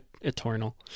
eternal